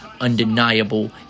undeniable